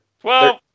Twelve